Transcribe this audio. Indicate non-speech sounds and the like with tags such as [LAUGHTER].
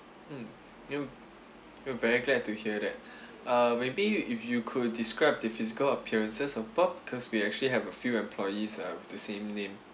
mm you we're very glad to hear that [BREATH] uh maybe you if you could describe the physical appearances of bob cause we actually have a few employees uh with the same name